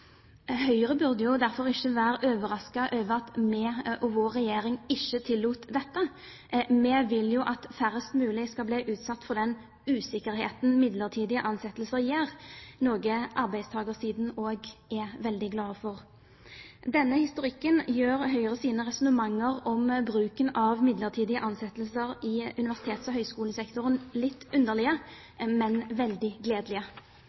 ikke være overrasket over at vi og vår regjering ikke tillot dette. Vi vil jo at færrest mulig skal bli utsatt for den usikkerheten midlertidige ansettelser gir, noe arbeidstakersiden også er veldig glad for. Denne historikken gjør Høyres resonnementer om bruken av midlertidige ansettelser i universitets- og høyskolesektoren litt